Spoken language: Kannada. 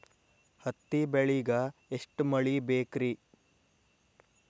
ಹತ್ತಿ ಬೆಳಿಗ ಎಷ್ಟ ಮಳಿ ಬೇಕ್ ರಿ?